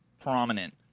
prominent